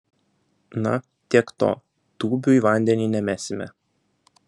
na tiek to tūbių į vandenį nemesime